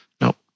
no